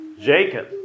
Jacob